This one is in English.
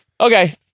Okay